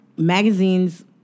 Magazines